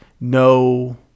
no